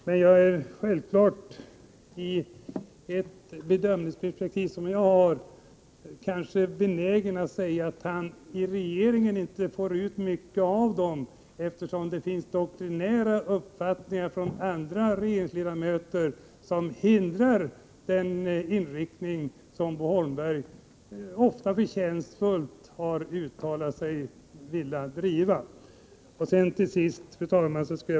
Men jag är självfallet, med det bedömningsperspektiv som jag har, benägen att säga att han i regeringen inte får ut mycket av dem, eftersom det finns doktrinära uppfattningar hos andra regeringsledamöter som hindrar den inriktning som Bo Holmberg ofta förtjänstfullt har uttalat sig för. Fru talman!